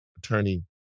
Attorney